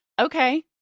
Okay